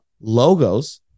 logos